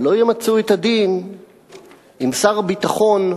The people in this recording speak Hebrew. אבל לא ימצו את הדין עם שר הביטחון,